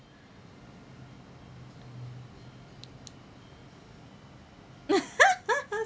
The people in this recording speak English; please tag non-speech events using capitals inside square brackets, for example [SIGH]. [LAUGHS]